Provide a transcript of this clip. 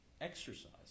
exercise